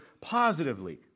positively